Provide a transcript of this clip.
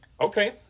Okay